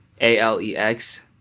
A-L-E-X-